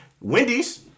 Wendy's